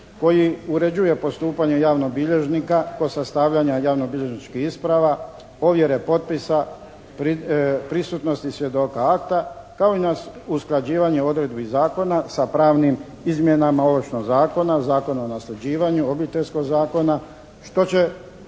koji uređuje postupanje javnog bilježnika kod sastavljanja javnobilježničkih isprava, ovjere potpisa, prisutnosti svjedoka akta kao i na usklađivanje odredbi zakona sa pravnim izmjenama Ovršnog zakona, Zakona o nasljeđivanju, Obiteljskog zakona i